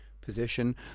position